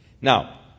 Now